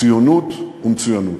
ציונות ומצוינות.